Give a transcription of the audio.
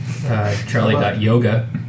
Charlie.yoga